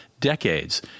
decades